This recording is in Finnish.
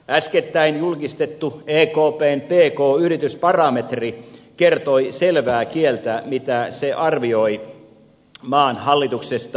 äskettäin julkistettu ekpn pk yritysbarometri kertoi selvää kieltä siitä mitä se arvioi maan hallituksesta